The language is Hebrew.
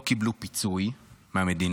לא קיבלו פיצוי מהמדינה,